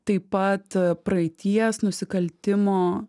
taip pat praeities nusikaltimo